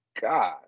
God